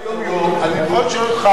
אדוני השר,